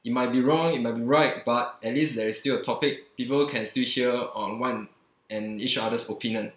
it might be wrong it might be right but at least there is still a topic people can still share on one and each other's opinion